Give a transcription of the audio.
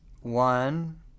One